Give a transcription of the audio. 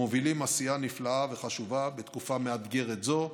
המובילים עשייה נפלאה וחשובה בתקופה מאתגרת זו.